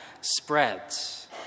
spreads